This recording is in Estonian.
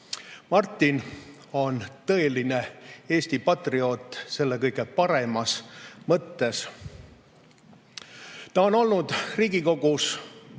Martin on tõeline Eesti patrioot selle kõige paremas mõttes. Ta on olnud Riigikogus